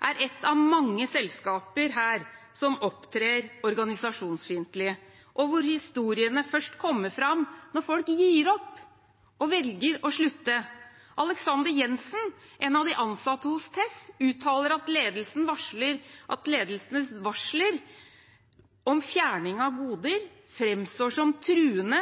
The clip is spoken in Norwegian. er ett av mange selskaper som opptrer organisasjonsfiendtlig, og hvor historiene først kommer fram når folk gir opp og velger å slutte. Aleksander Jenssen, en av de ansatte hos TESS, uttaler at ledelsens varsler om fjerning av goder framstår som truende,